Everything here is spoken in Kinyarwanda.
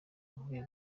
avuye